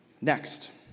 Next